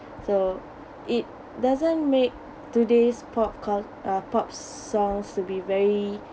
so it doesn't made today's pop co~ uh pop songs to be very